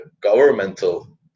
governmental